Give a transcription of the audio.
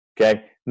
okay